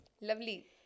lovely